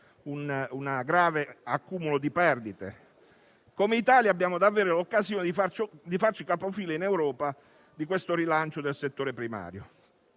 un grave accumulo di perdite. Come Italia abbiamo davvero l'occasione di farci capofila in Europa di questo rilancio del settore primario